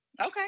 Okay